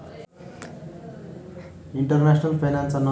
ಜಾಸ್ತಿ ಕೆಮಿಕಲ್ ಹೊಡೆದ್ರ ಮಣ್ಣಿಗೆ ಏನಾಗುತ್ತದೆ?